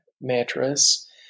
Mattress